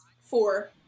four